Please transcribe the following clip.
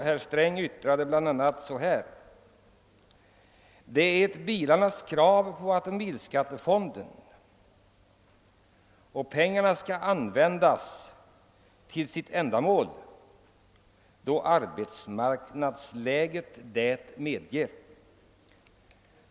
Herr Sträng sade då, att automobilskattemedlen skulle användas för sitt ändamål då arbetsmarknadsläget det medgav.